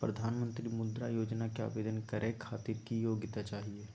प्रधानमंत्री मुद्रा योजना के आवेदन करै खातिर की योग्यता चाहियो?